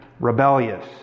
rebellious